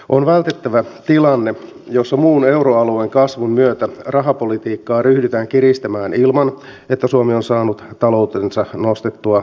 on vältettävä tilanne jossa muun euroalueen kasvun myötä rahapolitiikkaa ryhdytään kiristämään ilman että suomi on saanut taloutensa nostettua kilpailukykyiseen kuntoon